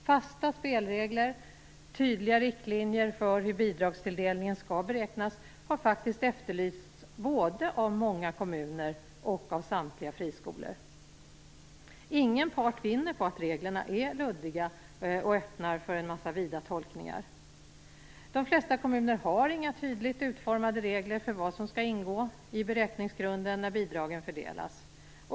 Fasta spelregler och tydliga riktlinjer för hur bidragstilldelningen skall beräknas har faktiskt efterlysts både av många kommuner och av samtliga friskolor. Ingen part vinner på att reglerna är luddiga och öppnar för en massa vida tolkningar. De flesta kommuner har inga tydligt utformade regler för vad som skall ingå i beräkningsgrunden när bidragen fördelas.